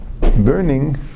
burning